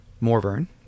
Morvern